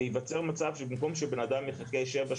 וייווצר מצב שבמקום שבן-אדם יחכה שבע,